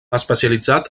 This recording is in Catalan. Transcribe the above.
especialitzat